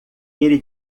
ele